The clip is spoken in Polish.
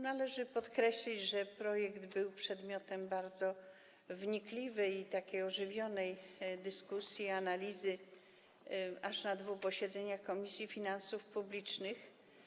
Należy podkreślić, że projekt był przedmiotem bardzo wnikliwej i takiej ożywionej dyskusji, analizy aż na dwóch posiedzeniach Komisji Finansów Publicznych.